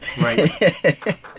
Right